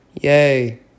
Yay